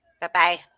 Bye-bye